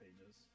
pages